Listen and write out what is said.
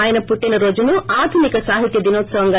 ఆయన పుట్టినరోజును ఆధునిక సాహిత్య దినోత్సవంగా